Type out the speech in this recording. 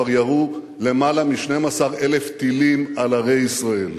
כבר ירו למעלה מ-12,000 טילים על ערי ישראל.